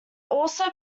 also